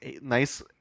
nice